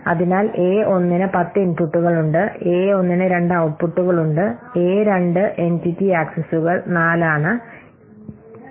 അതിനാൽ എ 1 ന് 10 ഇൻപുട്ടുകൾ ഉണ്ട് എ 1ന് 2 ഔട്ട്പുട്ടുകൾ ഉണ്ട് എ 2 എന്റിറ്റി ആക്സസ്സുകൾ 4 ആണ്